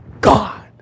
God